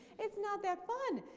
it's not that fun.